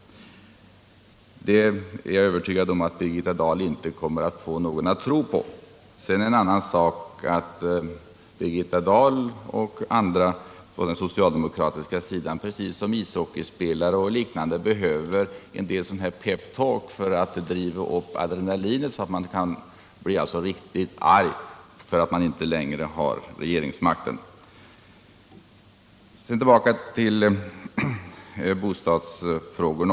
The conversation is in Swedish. Jag är övertygad om att Birgitta Dahl inte kommer att få någon att tro på det. En annan sak är att Birgitta Dahl och flera till på den socialdemokratiska sidan, precis som ishockeyspelare och liknande, behöver en del s.k. pep talk för att driva upp adrenalinet så att de kan bli riktigt arga för att de inte längre har regeringsmakten. Så kommer jag till bostadsfrågorna.